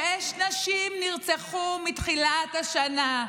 שש נשים נרצחו מתחילת השנה.